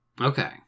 okay